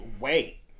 Wait